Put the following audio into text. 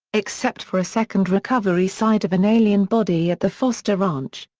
except for a second recovery site of an alien body at the foster ranch.